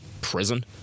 prison